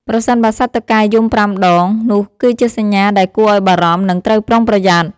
ប្រសិនបើសត្វតុកែយំប្រាំដង នោះគឺជាសញ្ញាដែលគួរឲ្យបារម្ភ និងត្រូវប្រុងប្រយ័ត្ន។